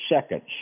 seconds